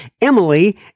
Emily